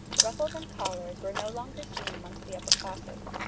ruffs and collars were no longer seen amongst the upper classes.